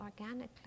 organically